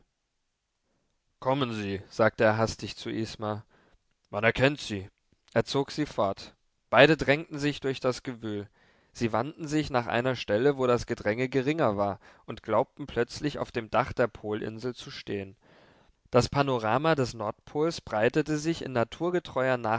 kommen sie sagte er hastig zu isma man erkennt sie er zog sie fort beide drängten sich durch das gewühl sie wandten sich nach einer stelle wo das gedränge geringer war und glaubten plötzlich auf dem dach der polinsel zu stehen das panorama des nordpols breitete sich in